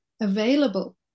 available